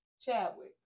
Chadwick